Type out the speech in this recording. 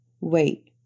Wait